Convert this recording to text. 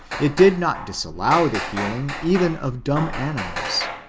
it did not dis allow the healino even of dumb animals.